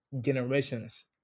generations